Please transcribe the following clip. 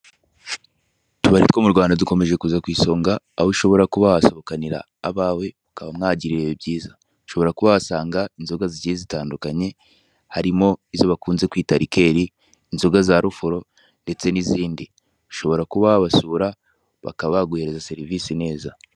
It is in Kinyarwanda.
Utubari two mu Rwanda dukomeje kuza ku isonga, aho ushobora kuba wahasohokanira abawe mukaba mwagira ibihe byiza, ushobora kuba wahasanga inzoga zigiye zitandukanye, harimo izo bakunze kwita rikeri, inzoga za rufuro ndetse n'izindi, ushobora kuba wabasura bakaba baguha serivisi neza.